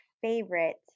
favorite